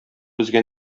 безгә